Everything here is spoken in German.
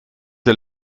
der